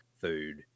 food